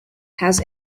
has